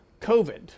COVID